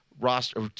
roster